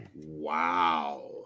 wow